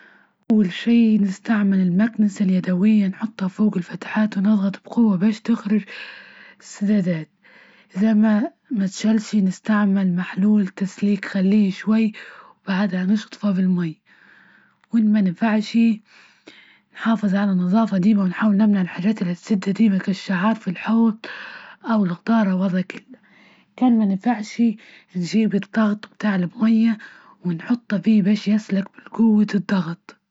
أول شي نستعمل المكنسة اليدوية ،نحطها فوق الفتحات، ونضغط بقوة بس تخرج السدادات زعما متشالشي، نستعمل محلول تسليك خليه شوي، وبعدها نشطفه بالمي وإن ما نفعشي نحافظ على النظافة ديما، ونحاول نمنع الحاجات اللي تسد الشعار في الحوض أو الغدارة وضعك كان ما نفعشي نجيب الضغط بتاع المية، ونحطه في باش يسلق من قوة الضغط.